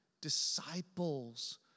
disciples